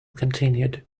continued